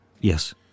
Yes